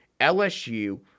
LSU